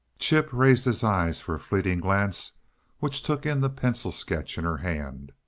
chip raised his eyes for a fleeting glance which took in the pencil sketch in her hand.